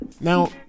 Now